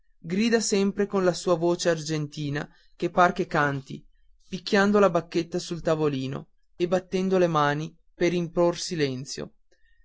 grida sempre con la sua voce argentina che par che canti picchiando la bacchetta sul tavolino e battendo le mani per impor silenzio